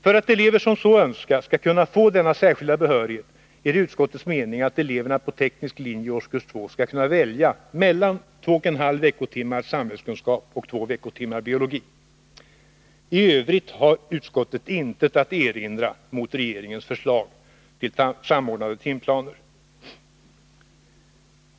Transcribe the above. För att elever som så önskar skall kunna få denna särskilda behörighet är det utskottets mening att eleverna på teknisk linje i årskurs 2 skall kunna välja mellan 2,5 veckotimmar samhällskunskap och 2 veckotimmar biologi. I övrigt har utskottet intet att erinra mot regeringens förslag till samordnade timplaner.